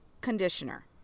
conditioner